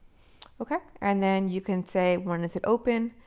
ok, and then you can say, when does it open,